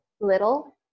little